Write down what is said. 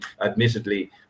admittedly